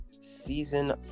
Season